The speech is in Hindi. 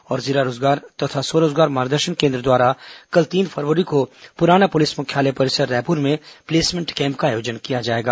और जिला रोजगार और स्व रोजगार मार्गदर्शन केन्द्र द्वारा कल तीन फरवरी को पुराना पुलिस मुख्यालय परिसर रायपुर में प्लेसमेंट कैम्प का आयोजन किया जाएगा